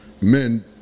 men